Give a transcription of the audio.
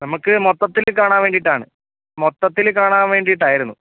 നമുക്ക് മൊത്തത്തില് കാണാൻ വേണ്ടിയിട്ടാണ് മൊത്തത്തിൽ കാണാൻ വേണ്ടിയിട്ടായിരുന്നു